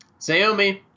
Xiaomi